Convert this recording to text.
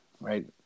right